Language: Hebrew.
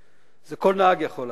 זה כל נהג יכול לעשות,